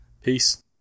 Peace